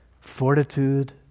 fortitude